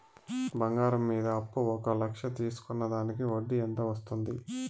బంగారం మీద అప్పు ఒక లక్ష తీసుకున్న దానికి వడ్డీ ఎంత పడ్తుంది?